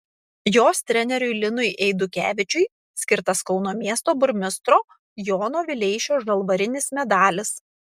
jos treneriui linui eidukevičiui skirtas kauno miesto burmistro jono vileišio žalvarinis medalis